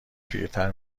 پیرتر